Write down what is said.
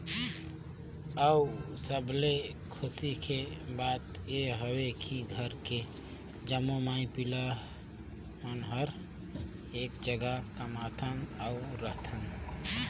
अउ सबले खुसी के बात ये हवे की घर के जम्मो माई पिला मन हर एक जघा कमाथन अउ रहथन